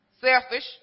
selfish